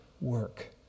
work